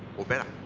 or better.